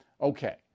Okay